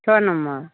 छओ नम्बर